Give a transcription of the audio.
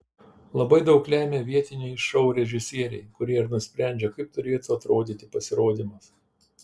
labai daug lemia vietiniai šou režisieriai kurie ir nusprendžia kaip turėtų atrodyti pasirodymas